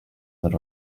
that